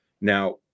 Now